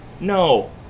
No